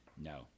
No